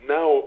Now